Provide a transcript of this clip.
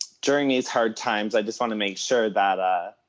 during these hard times, i just wanna make sure that ah